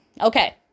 Okay